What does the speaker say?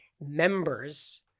members